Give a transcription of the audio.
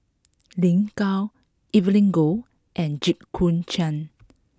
Lin Gao Evelyn Goh and Jit Koon Ch'ng